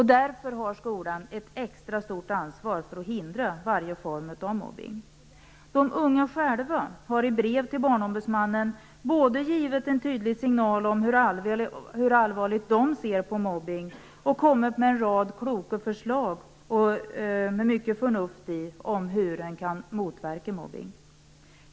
Skolan har således ett extra stort ansvar när det gäller att hindra varje form av mobbning. De unga själva har i brev till Barnombudsmannen gett en tydlig signal om hur allvarligt de ser på mobbningen och även kommit med en rad mycket förnuftiga förslag om hur mobbning kan motverkas.